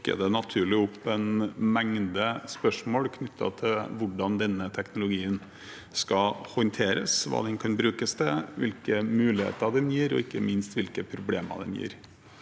det naturligvis opp en mengde spørsmål knyttet til hvordan denne teknologien skal håndteres, hva den kan brukes til, hvilke muligheter den gir og ikke minst hvilke problemer den gir.